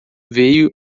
veio